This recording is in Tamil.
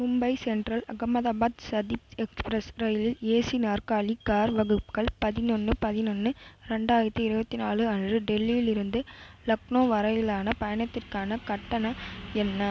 மும்பை சென்ட்ரல் அகமதாபாத் சதிப் எக்ஸ்ப்ரஸ் ரயிலில் ஏசி நாற்காலி கார் வகுப்புகள் பதினொன்று பதினொன்று ரெண்டாயிரத்தி இருபத்தி நாலு அன்று டெல்லியிலிருந்து லக்னோ வரையிலான பயணத்திற்கான கட்டணம் என்ன